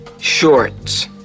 shorts